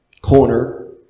corner